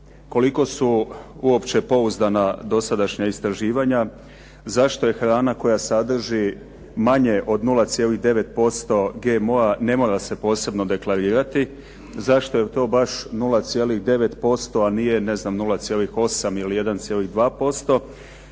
koliko su uopće pouzdana dosadašnja istraživanja, zašto je hrana koja sadrži manje od 0,9% GMO-a ne mora se posebno deklarirati. Zašto je to baš 0,9% a nije ne znam 0,8 ili 1,2%.